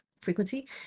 frequency